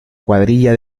cuadrilla